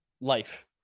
life